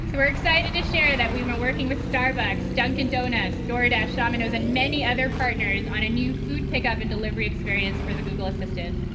we're excited to share that we've been working with starbucks, dunkin' donuts, doordash, domino's and many other partners on a new food pick up and delivery experience for the google assistant.